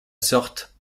sorte